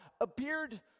appeared